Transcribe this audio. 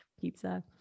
pizza